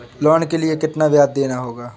Loan के लिए कितना ब्याज देना होगा?